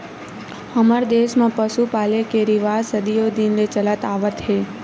हमर देस म पसु पाले के रिवाज सदियो दिन ले चलत आवत हे